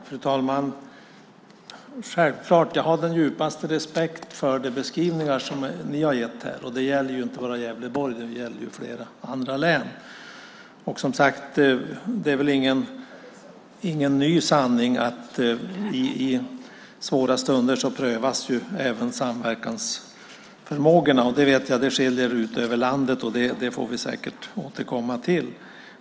Fru talman! Självklart har jag den djupaste respekt för de beskrivningar som ni har gett här. Det gäller inte bara Gävleborg. Det gäller flera andra län. Det är väl ingen ny sanning att i svåra stunder prövas även samverkansförmågorna. Jag vet att det skiljer sig åt ute i landet, och det får vi säkert återkomma till.